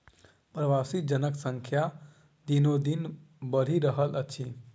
प्रवासी जनक संख्या दिनोदिन बढ़ि रहल अछि